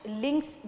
links